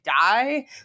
die